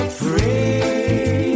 free